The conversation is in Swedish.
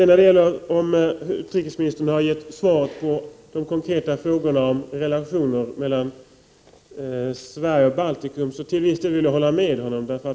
När det gäller frågan om utrikesministern har givit svar på de konkreta frågorna om relationerna mellan Sverige och Baltikum vill jag till viss del hålla med honom.